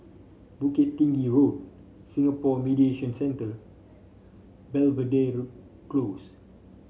Bukit Tinggi Road Singapore Mediation Centre Belvedere Close